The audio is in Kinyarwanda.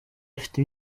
afite